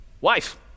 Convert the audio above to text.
wife